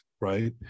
right